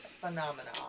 phenomena